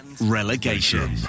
relegation